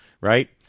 right